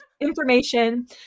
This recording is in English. information